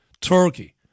Turkey